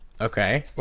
Okay